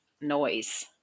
noise